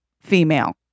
female